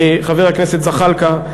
חבר הכנסת זחאלקה,